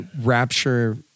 Rapture